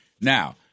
Now